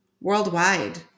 worldwide